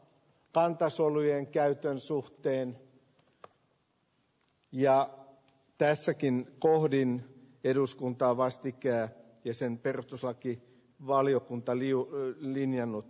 kantasolujen käytön suhteen ja tässäkin kohdin eduskuntaa vastikään ja sen perustuslaki valiokunta liukko on linjannut